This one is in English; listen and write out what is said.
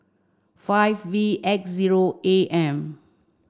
five V X zero A M